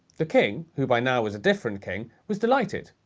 the king, who by now was a different king, was delighted.